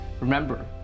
remember